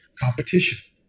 competition